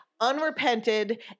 unrepented